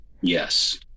Yes